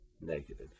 negative